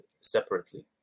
separately